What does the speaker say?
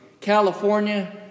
California